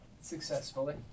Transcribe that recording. successfully